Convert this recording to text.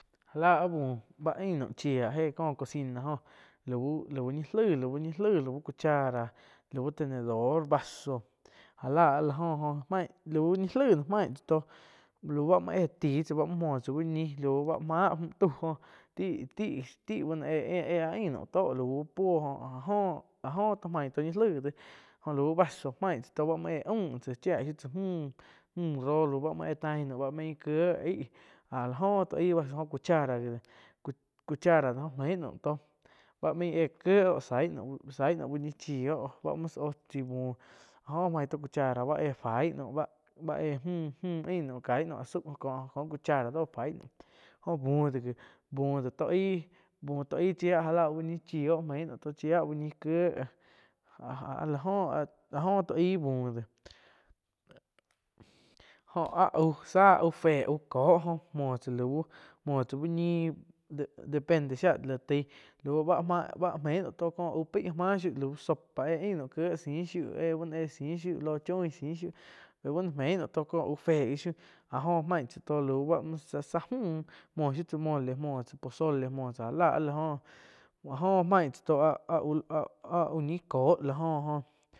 Já láh áh bu báh ain naum chiá éh có cocina joh lau-lau ñi laig li laig, lau cucahara lau tenedor vaso jáh la áh la joh, joh main tsá lau ñi laig main tsáh tó lau ba éh ti tsáh muoh tsá úh ñih lau máh mju tauh joh ti-ti-ti bá no éh-éh áh ain naum tóh lauh bu puo joh áh jó áh jó tó maig tó ñi laig déh jóh lau vaso maih tsá tó bá éh aum chía shiu tsoa müh rohh lauh bá éh ba main kiéh aig áh to aih vaso, óh cuchara do gi cu-cu cuchara óh mein nauh tóh báh main éh quie óh saí saíh naum uh ñi chí báh muoh íh oh chai búh jóh main tó cuchara báh éh faí naum báh éh mü, mü ain nau caih naum có cuchara do fai naum joh bu do gi tó aih chía gá láh úh ñi chi oh, men naun tó chí uh ñih áh-áh la go tó aigh buh, joa áh au záh aúh fé auh cóh muoh tsá lau uh ñih de-depende shiá la taih lau bá ma ba meih nau tó có auh máh shiu lau sopa éh ain naum quie ziih shiu bá no eh ziih shiu, pe bá no mein nau tó có auh feé gi shiu áh, áh main tsá tó lau záh müh muo shiu tsá mole, muoh tsá pozole jáh la áh la joh áh jo main tsá toh áh-áh-áh uh ñi kóh lá go oh.